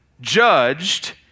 judged